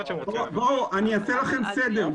אעשה לכם סדר.